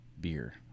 beer